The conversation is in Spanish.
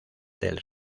del